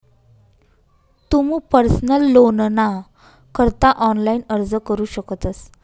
तुमू पर्सनल लोनना करता ऑनलाइन अर्ज करू शकतस